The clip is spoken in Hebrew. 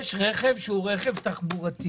יש רכב שהוא רכב תחבורתי